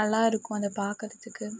நல்லா இருக்கும் அதை பார்க்குறதுக்கு